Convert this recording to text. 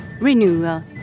renewal